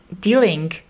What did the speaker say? dealing